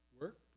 Work